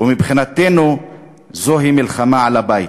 ומבחינתנו זוהי מלחמה על הבית.